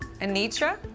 Anitra